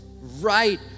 right